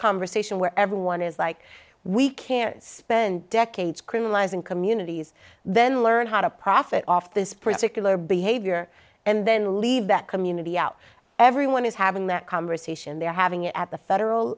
conversation where everyone is like we can't spend decades criminalizing communities then learn how to profit off this particular behavior and then leave that community out everyone is having that conversation they're having at the federal